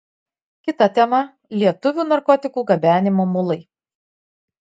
kita tema lietuvių narkotikų gabenimo mulai